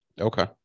Okay